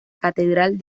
catedral